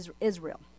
Israel